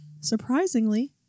Surprisingly